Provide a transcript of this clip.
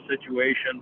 situation